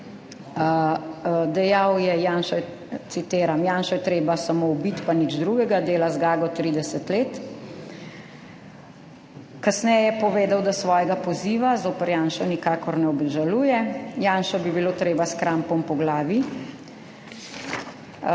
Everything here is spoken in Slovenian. Dejal je, citiram: »Janšo je treba samo ubiti, pa nič drugega. Dela zgago 30 let.« Kasneje je povedal, da svojega poziva zoper Janša nikakor ne obžaluje, »Janšo bi bilo treba s krampom po glavi«.